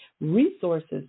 resources